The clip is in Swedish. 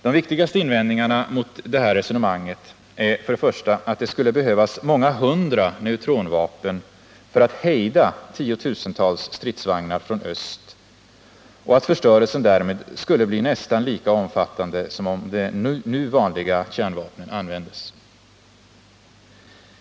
De viktigaste invändningarna mot detta resonemang är för det första, att det skulle behövas många hundra neutronvapen för att hejda tiotusentals stridsvagnar från öst och att förstörelsen därmed skulle bli nästan lika omfattande som om de nu vanliga kärnvapnen användes.